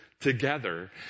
together